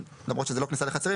למרות שזאת לא כניסה לחצרים,